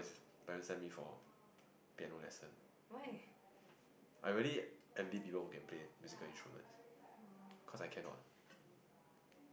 why oh